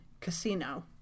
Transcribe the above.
Casino